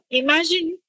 imagine